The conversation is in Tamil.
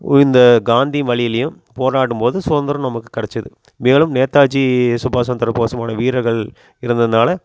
இந்த காந்தி வழிலேயும் போராடும் போது சுதந்திரம் நமக்கு கிடைச்சிது மேலும் நேதாஜி சுபாஷ் சந்திரபோஸ் போன்ற வீரர்கள் இருந்ததுனால்